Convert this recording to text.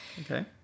Okay